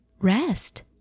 rest